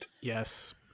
Yes